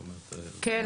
זאת אומרת --- כן,